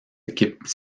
équipes